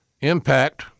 Impact